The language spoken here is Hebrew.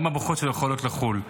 גם הברכות שלו יכולות לחול.